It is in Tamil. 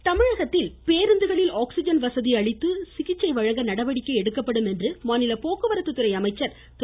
ராஜகண்ணப்பன் தமிழகத்தில் பேருந்துகளில் ஆக்ஸிஜன் வசதி அளித்து சிகிச்சை வழங்க நடவடிக்கை எடுக்கப்படும் என்று மாநில போக்குவரத்துத்துறை அமைச்சர் திரு